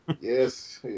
Yes